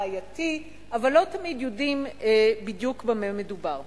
בעייתי, אבל לא תמיד יודעים בדיוק במה מדובר.